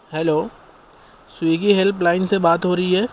hello Swiggy helpline سے بات ہو رہی ہے